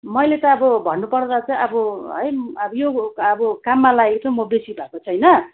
मैले त अब भन्नुपर्दा चाहिँ अब है यो हो अब काममा लागेको चाहिँ बेसी भएको छैन